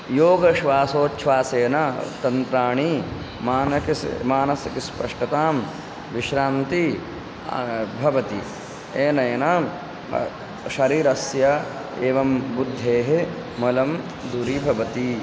योगश्वासोछ्वासेन तन्त्राणि मानसिकं मानसिकस्पष्टतां विश्रान्तिः भवति अनेन शरीरस्य एवं बुद्धेः मलं दूरी भवती